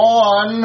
on